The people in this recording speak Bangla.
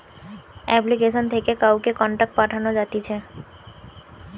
আপ্লিকেশন থেকে কাউকে কন্টাক্ট পাঠানো যাতিছে